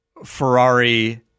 Ferrari